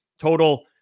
total